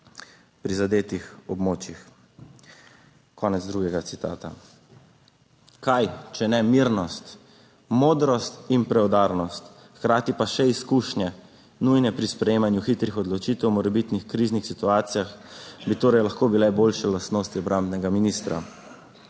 prizadetih območjih." Konec drugega citata. Kaj, če ne mirnost, modrost in preudarnost, hkrati pa še izkušnje, nujne pri sprejemanju hitrih odločitev o morebitnih kriznih situacijah, bi torej lahko bile boljše lastnosti obrambnega ministra.